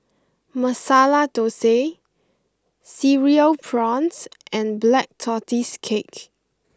Masala Thosai Cereal Prawns and Black Tortoise Cake